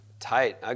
Tight